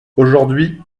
aujourd’hui